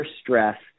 stress